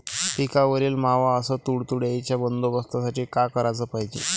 पिकावरील मावा अस तुडतुड्याइच्या बंदोबस्तासाठी का कराच पायजे?